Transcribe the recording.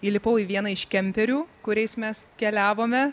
įlipau į vieną iš kemperių kuriais mes keliavome